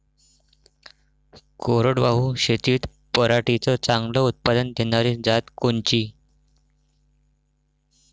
कोरडवाहू शेतीत पराटीचं चांगलं उत्पादन देनारी जात कोनची?